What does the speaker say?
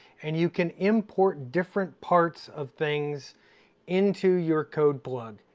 and you can import different parts of things into your codeplug.